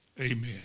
Amen